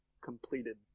completed